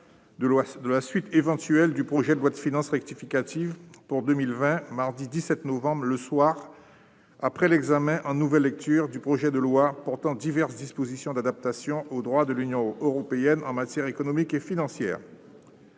de la suite éventuelle du projet de loi de finances rectificative pour 2020, mardi 17 novembre, le soir, après l'examen, en nouvelle lecture, du projet de loi portant diverses dispositions d'adaptation au droit de l'Union européenne en matière économique et financière.